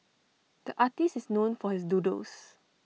the artist is known for his doodles